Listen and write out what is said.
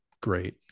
Great